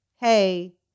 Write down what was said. hey